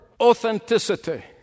authenticity